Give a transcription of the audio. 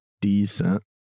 decent